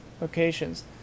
Locations